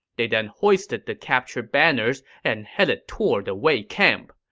they then hoisted the captured banners and headed toward the wei camp.